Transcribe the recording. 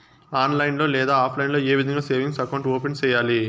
online లో లేదా offline లో ఏ విధంగా సేవింగ్ అకౌంట్ ఓపెన్ సేయాలి